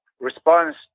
response